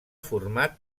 format